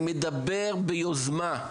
אבל אני מדבר שתהיה יוזמה.